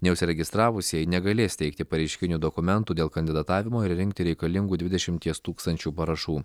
neužsiregistravusieji negalės teikti pareiškinių dokumentų dėl kandidatavimo ir rinkti reikalingų dvidešimties tūkstančių parašų